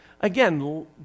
Again